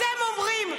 אתם אומרים: